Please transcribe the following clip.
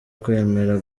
kwemera